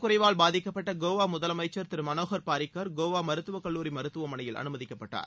குறைவால் பாதிக்கப்பட்ட கோவா உடல்நலக் முதலமைச்சர் திரு மனோகர் பாரிக்கர் கோவா மருத்துவக்கல்லூரி மருத்துவமனையில் அனுமதிக்கப்பட்டார்